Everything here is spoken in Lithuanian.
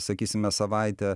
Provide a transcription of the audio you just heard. sakysime savaitę